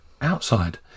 outside